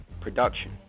production